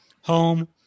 home